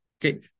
Okay